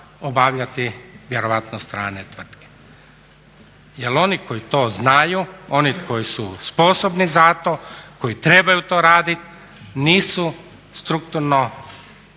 obavljati vjerojatno strane tvrtke. Jel oni koji to znaju, oni koji su sposobni za to, koji trebaju to radit nisu strukturno